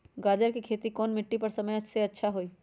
गाजर के खेती कौन मिट्टी पर समय अच्छा से होई?